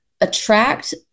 attract